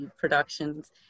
productions